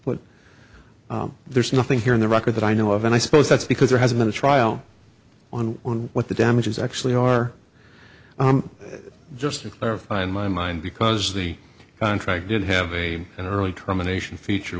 but there's nothing here in the record that i know of and i suppose that's because there has been a trial on what the damages actually are just to clarify in my mind because the contract did have a an early terminations feature